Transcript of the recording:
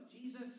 Jesus